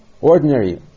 ordinary